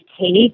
take